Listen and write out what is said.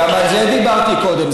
גם על זה דיברתי קודם.